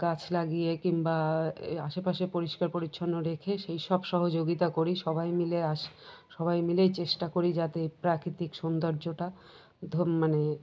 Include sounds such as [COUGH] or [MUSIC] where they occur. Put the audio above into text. গাছ লাগিয়ে কিংবা আশেপাশে পরিষ্কার পরিচ্ছন্ন রেখে সেই সব সহযোগিতা করি সবাই মিলে [UNINTELLIGIBLE] সবাই মিলেই চেষ্টা করি যাতে প্রাকৃতিক সৌন্দর্যটা [UNINTELLIGIBLE] মানে